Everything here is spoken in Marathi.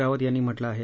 रावत यांनी म्हटलं आहे